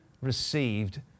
received